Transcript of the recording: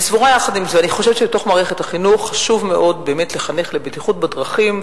אני חושבת שבתוך מערכת החינוך חשוב מאוד לחנך לבטיחות בדרכים.